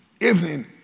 evening